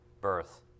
birth